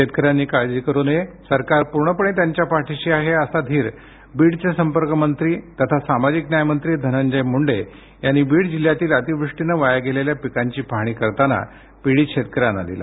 शेतकऱ्यांनी काळजी करू नये सरकार पूर्णपणे त्यांच्या पाठीशी आहे असा धीर बीडचे संपर्क मंत्री तथा सामाजिक न्याय मंत्री धनंजय मुंडे यांनी बीड जिल्ह्यातील अतिवृष्टीने वाया गेलेल्या पिकाची पाहणी करताना पिडीत शेतकऱ्यांना दिला